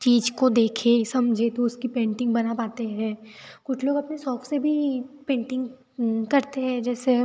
चीज़ को देखें समझें तो उसकी पेंटिंग बना पाते हैं कुछ लोग अपने शौक़ से भी पेंटिंग करते हैं जैसे